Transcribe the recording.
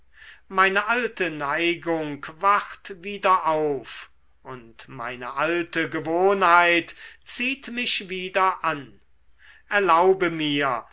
meine alte neigung wacht wieder auf und meine alte gewohnheit zieht mich wieder an erlaube mir